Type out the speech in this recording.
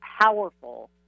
powerful